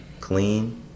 clean